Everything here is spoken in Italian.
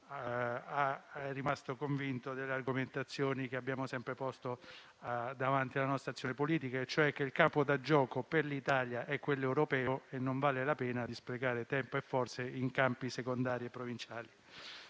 è rimasto convinto delle argomentazioni che abbiamo sempre posto davanti alla nostra azione politica e cioè che il campo da gioco per l'Italia è quello europeo e non vale la pena di sprecare tempo e forze in campi secondari e provinciali.